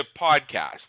podcast